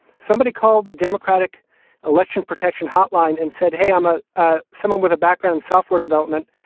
somebody called the democratic election protection hotline and said, hey, i'm ah a someone with a background in software development.